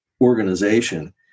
organization